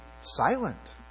silent